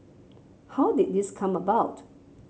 how did this come about